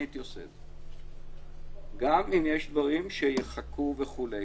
אני הייתי עושה את זה גם אם יש דברים שיחכו וכולי,